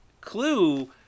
Clue